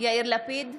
יאיר לפיד,